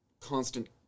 constant